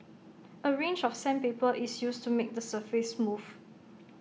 A range of sandpaper is used to make the surface smooth